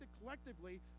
collectively